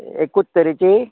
एकूच तरेची